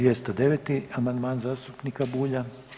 209. amandman zastupnika Bulja.